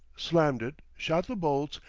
slammed it, shot the bolts,